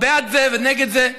או בעד זה ונגד זה,